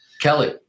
kelly